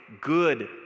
Good